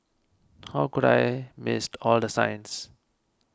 how could I missed all the signs